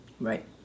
Right